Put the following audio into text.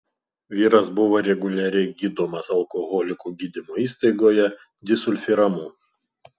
vyras buvo reguliariai gydomas alkoholikų gydymo įstaigoje disulfiramu